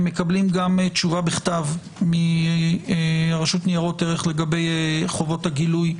מקבלים גם תשובה בכתב מרשות ניירות ערך לגבי חובות הגילוי,